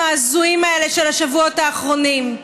ההזויים האלה של השבועות האחרונים?